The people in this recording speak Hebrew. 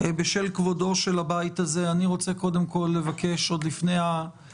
בשל כבודו של הבית הזה, אני רוצה לבקש התייחסות